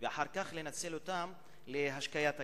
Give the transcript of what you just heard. ואחר כך לנצל אותם להשקיית הקרקעות.